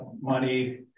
money